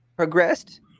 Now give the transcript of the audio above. progressed